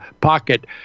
pocket